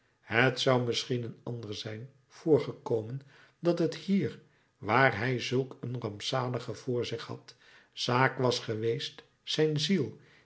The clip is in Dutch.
het zou misschien een ander zijn voorgekomen dat het hier waar hij zulk een rampzalige voor zich had zaak was geweest zijn ziel